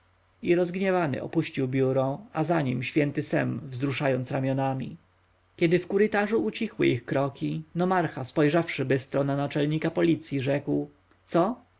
i rozgniewany opuścił biuro a za nim święty sem wzruszając ramionami kiedy w korytarzu ucichły ich kroki nomarcha spojrzawszy bystro na naczelnika policji rzekł co